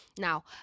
Now